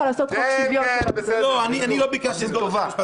לעשות חוק שוויון אני לא ביקשתי לסגור את בתי המשפט,